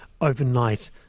overnight